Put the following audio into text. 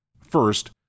First